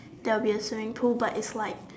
there will be a swimming pool but it's like